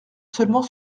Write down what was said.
seulement